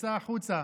יצא החוצה,